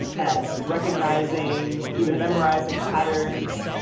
at recognizing even memorizing patterns,